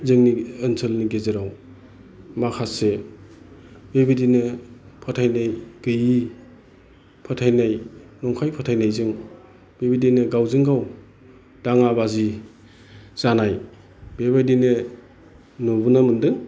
जोंनि ओनसोलनि गेजेराव माखासे बेबायदिनो फोथायनाय गैयै नंखाय फोथायनायजों बेबायदिनो गावजों गाव दाङा बाजि जानाय बेबायदिनो नुबोनो मोनदों